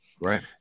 Right